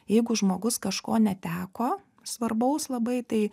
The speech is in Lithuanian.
jeigu žmogus kažko neteko svarbaus labai tai